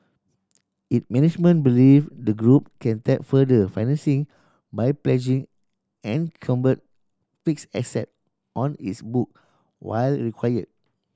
it management believe the group can tap further financing by pledging encumbered fixed asset on its book while required